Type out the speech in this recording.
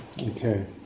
Okay